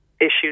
issues